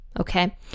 okay